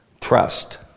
Trust